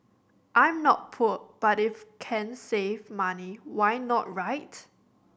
I'm not poor but if can save money why not right